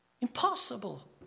Impossible